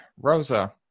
Rosa